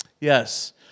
yes